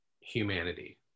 humanity